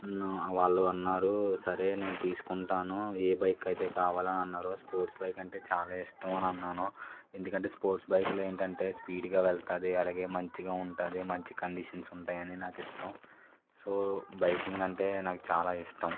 వాళ్ళు అన్నారు సరే నేను తీసుకుంటాను ఏ బైక్ అయితే కావాలని అన్నారు స్పోర్ట్స్ బైక్ అంటే చాలా ఇష్టం అని అన్నాను ఎందుకంటే స్పోర్ట్స్ బైక్లో ఏంటంటే స్పీడ్గా వెళుతుంది అలాగే మంచిగా ఉంటుంది మంచి కండిషన్స్ ఉంటాయని నాకు ఇష్టం సో బైకింగ్ అంటే నాకు చాలా ఇష్టం